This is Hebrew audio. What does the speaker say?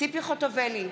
ציפי חוטובלי,